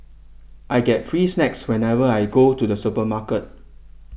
I get free snacks whenever I go to the supermarket